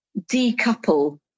decouple